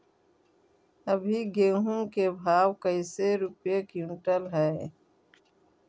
अभी गेहूं के भाव कैसे रूपये क्विंटल हई?